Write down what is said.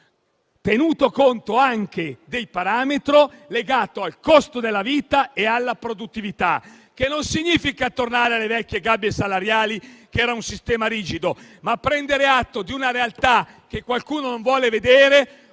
tenendo conto anche del parametro legato al costo della vita e alla produttività, che non significa tornare alle vecchie gabbie salariali, che era un sistema rigido, ma prendere atto di una realtà che qualcuno non vuole vedere,